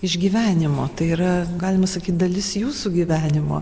iš gyvenimo tai yra galima sakyt dalis jūsų gyvenimo